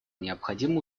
необходимо